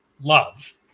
love